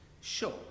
Sure